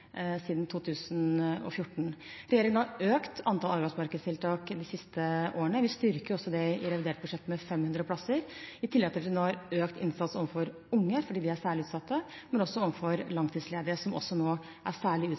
2014. Regjeringen har økt antall arbeidsmarkedstiltak de siste årene, vi styrker det også i revidert budsjett med 500 plasser, i tillegg til at vi nå har økt innsats overfor unge, fordi de er særlig utsatt, men også overfor langtidsledige, som også er særlig